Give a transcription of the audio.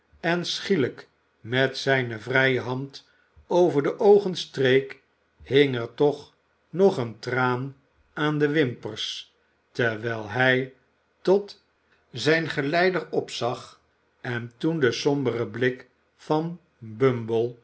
en schielijk met zijne vrije hand over de oogen streek hing er toch nog een traan aan de wimpers terwijl hij tot zijn geleider opzag en toen de sombere blik van bumble